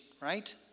right